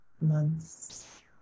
months